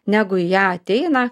negu į ją ateina